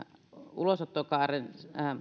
ulosottokaaren